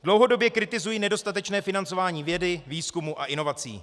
Dlouhodobě kritizuji nedostatečné financování vědy, výzkumu a inovací.